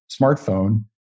smartphone